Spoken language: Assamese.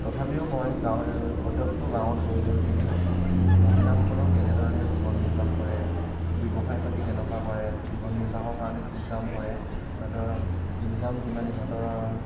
তথাপিও মই গাঁৱে প্ৰত্যেকটো গাঁৱত গৈ গৈ কিনি মহিলাসকলৰ কেনেধৰণে জীৱন নিৰ্বাহ কৰে ব্যৱসায় পাতি কেনেকুৱা কৰে জীৱন নিৰ্বাহৰ কাৰণে কি কাম কৰে ইহঁতৰ ইনকাম কিমান ইহঁতৰ